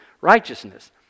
righteousness